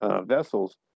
vessels